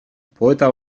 poeta